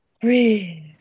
breathe